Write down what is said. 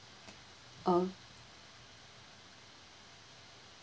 oh